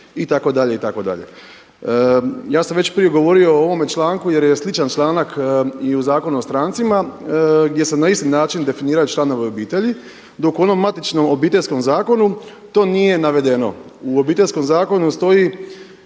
svakog od njih“ itd., ja sam već prije govorio o ovome članku jer je sličan članak i u Zakonu o strancima gdje se na isti način definiraju članovi obitelji, dok u onom matičnom Obiteljskom zakonu to nije navedeno. U Obiteljskom zakonu stoji